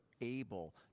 able